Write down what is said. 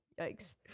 yikes